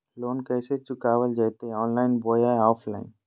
Loan कैसे चुकाबल जयते ऑनलाइन बोया ऑफलाइन?